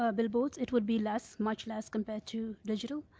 ah billboards, it would be less, much less compared to digital.